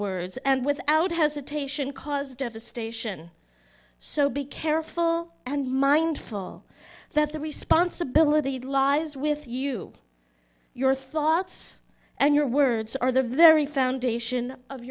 words and without hesitation cause devastation so be careful and mindful that the responsibility lies with you your thoughts and your words are the very foundation of